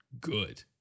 good